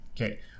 okay